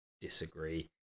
disagree